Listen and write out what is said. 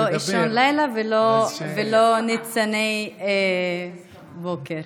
לא אישון לילה ולא ניצני בוקר.